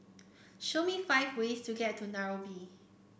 show me five ways to get to Nairobi